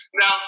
Now